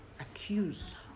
accuse